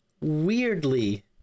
weirdly